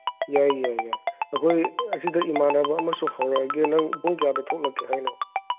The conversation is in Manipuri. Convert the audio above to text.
ꯌꯥꯏ ꯌꯥꯏ ꯌꯥꯏ ꯑꯩꯈꯣꯏ ꯑꯁꯤꯗ ꯏꯃꯥꯟꯅꯕ ꯑꯃꯁꯨ ꯍꯧꯔꯛꯑꯒꯦ ꯅꯪ ꯄꯨꯡ ꯀꯌꯥꯗ ꯊꯣꯛꯂꯛꯀꯦ ꯍꯥꯏꯅꯣ